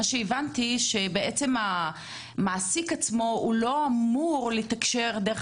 ממה שהבנתי המעסיק עצמו לא אמור לתקשר דרך